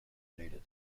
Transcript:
dated